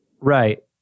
Right